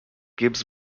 gibbs